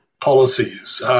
policies